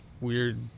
weird